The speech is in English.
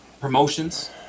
promotions